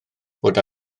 fod